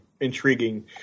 intriguing